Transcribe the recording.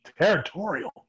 Territorial